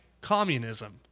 communism